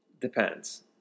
Depends